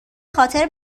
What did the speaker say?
خاطر